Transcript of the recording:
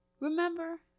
Remember